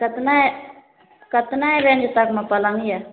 कतने कतना रेन्ज तकमे पलङ्ग यऽ